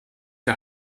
der